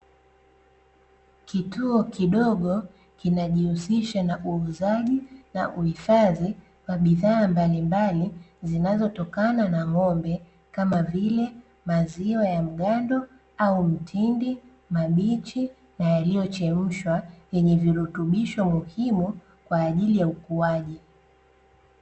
Kituo kidogo kinajihusisha na uuzaji na uhifadhi wa bidhaa mbalimbali, zinazotokana na ng'ombe kama vile maziwa ya mgando au mtindi, mabichi na yaliyochemshwa yenye virutubisho muhimu kwa ajili ya ukuaji.